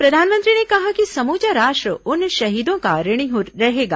प्रधानमंत्री ने कहा कि समूचा राष्ट्र उन शहीदों का ऋणी रहेगा